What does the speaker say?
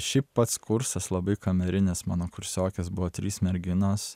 šiaip pats kursas labai kamerinis mano kursiokės buvo trys merginos